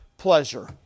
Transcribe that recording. pleasure